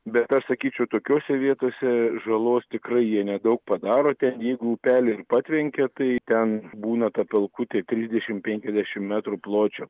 bet aš sakyčiau tokiose vietose žalos tikrai jie nedaug padaro ten jeigu upelį ir patvenkia tai ten būna ta pelkutė trisdešim penkiasdešim metrų pločio